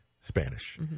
Spanish